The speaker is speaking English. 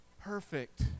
perfect